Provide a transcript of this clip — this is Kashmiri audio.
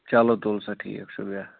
چلو تُل سا ٹھیٖک چھُ بیٚہہ